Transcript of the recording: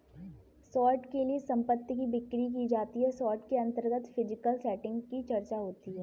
short के लिए संपत्ति की बिक्री की जाती है शॉर्ट के अंतर्गत फिजिकल सेटिंग की चर्चा होती है